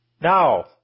Now